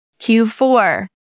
Q4